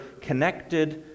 connected